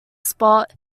spot